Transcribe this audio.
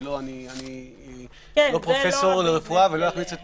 אני לא פרופסור לרפואה ולא אכניס את